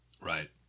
Right